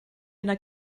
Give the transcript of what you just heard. yna